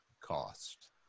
cost